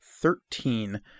Thirteen